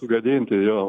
sugadinti jo